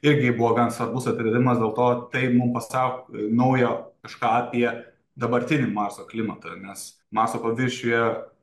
irgi buvo gan svarbus atradimas dėl to tai mum pasa naujo kažką apie dabartinį marso klimatą nes marso paviršiuje